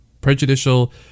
prejudicial